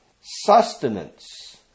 sustenance